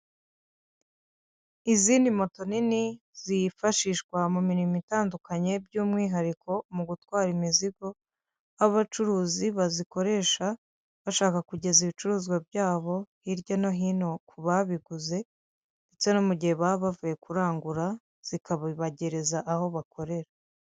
izindi moto nini ziyifashishwa mu mirimo itandukanye by'umwihariko mu gutwara imizigo, aho abacuruzi bazikoresha bashaka kugeza ibicuruzwa byabo hirya no hino ku babiguze, ndetse no mu gihe baba bavuye kurangura zikabibagereza aho bakorera.